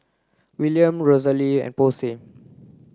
Willam Rosalee and Posey